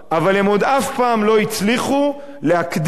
אבל הם עוד אף פעם לא הצליחו להקדים את